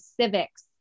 civics